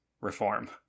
reform